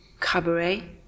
Cabaret